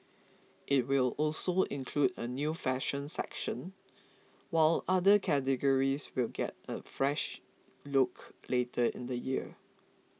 it will also include a new fashion section while other categories will get a fresh look later in the year